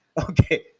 okay